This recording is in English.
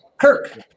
Kirk